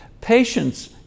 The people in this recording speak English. Patience